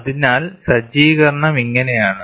അതിനാൽ സജ്ജീകരണം ഇങ്ങനെയാണ്